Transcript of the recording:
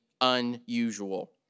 unusual